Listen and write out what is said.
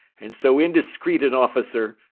and so indiscreet an officer.